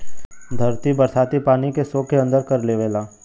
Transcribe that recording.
धरती बरसाती पानी के सोख के अंदर कर लेवला